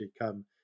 come